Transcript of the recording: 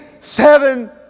seven